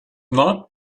not